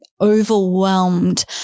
overwhelmed